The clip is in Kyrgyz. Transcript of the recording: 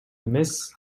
эмес